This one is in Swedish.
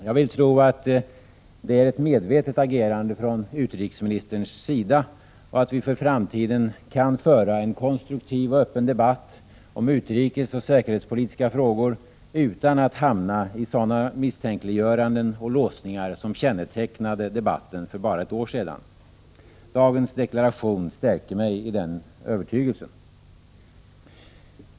Jag vill tro att det är ett medvetet agerande från utrikesministern och att vi för framtiden kan föra en konstruktiv och öppen debatt om utrikesoch säkerhetspolitiska frågor utan att hamna i sådana misstänkliggöranden och låsningar som kännetecknade debatten för bara ett år sedan. Dagens deklaration stärker mig i den övertygelsen.